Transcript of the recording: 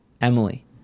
emily